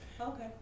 Okay